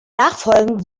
nachfolgend